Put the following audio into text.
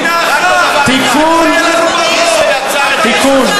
מדינה אחת, רק עוד דבר אחד, תיקון.